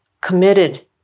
committed